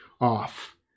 off